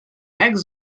eggs